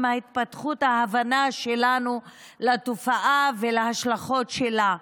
התפתחות ההבנה שלנו את התופעה ואת ההשלכות שלה.